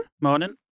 Morning